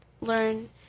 learn